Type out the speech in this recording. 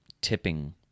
tipping